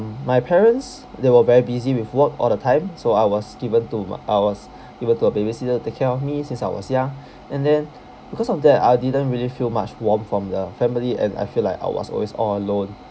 my parents they were very busy with work all the time so I was given to m~ I was given to a babysitter to take care of me since I was young and then because of that I didn't really feel much warmth from the family and I feel like I was always all alone